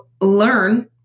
learn